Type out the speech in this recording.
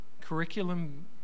curriculum